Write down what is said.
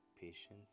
patience